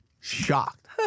shocked